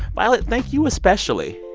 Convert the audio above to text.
violet, thank you especially.